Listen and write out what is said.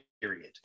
period